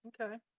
Okay